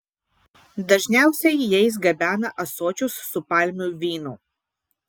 dažniausiai jais gabena ąsočius su palmių vynu